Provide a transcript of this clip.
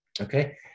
Okay